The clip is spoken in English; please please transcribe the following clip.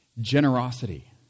generosity